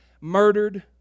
murdered